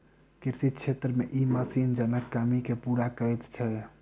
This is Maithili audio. कृषि क्षेत्र मे ई मशीन जनक कमी के पूरा करैत छै